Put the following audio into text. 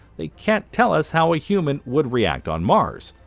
they can't tell us how a human would react on mars.